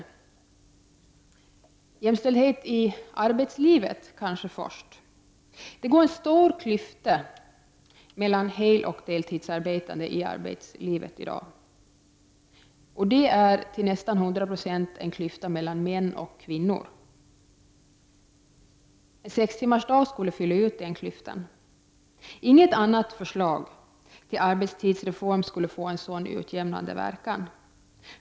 Först och främst jämställdhet i arbetslivet. Det är en stor klyfta i dag mellan heltidsarbetande och deltidsarbetande. Det är till nära 100 70 en klyfta mellan män och kvinnor. Sextimmarsdag skulle fylla ut den klyftan. Inget annat förslag till arbetstidsreform skulle få en så utjämnande verkan.